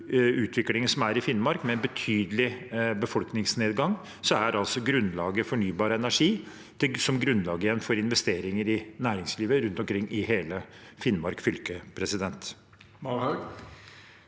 utviklingen som er i Finnmark, med en betydelig befolkningsnedgang. Fornybar energi er grunnlaget for investeringer i næringslivet rundt omkring i hele Finnmark fylke.